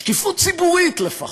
שקיפות ציבורית לפחות?